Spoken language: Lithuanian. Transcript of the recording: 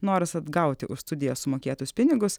noras atgauti už studijas sumokėtus pinigus